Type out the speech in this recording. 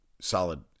solid